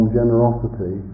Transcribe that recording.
generosity